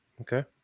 Okay